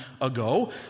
ago